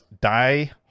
Die